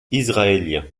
israélien